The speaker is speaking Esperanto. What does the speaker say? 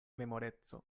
memoreco